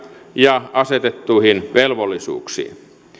ja asetettuihin velvollisuuksiin